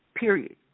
Period